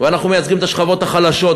ואנחנו מייצגים את השכבות החלשות,